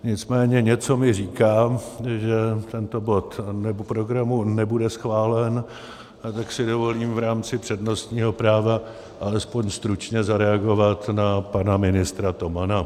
Nicméně něco mi říká, že tento bod programu nebude schválen, a tak si dovolím v rámci přednostního práva alespoň stručně zareagovat na pana ministra Tomana.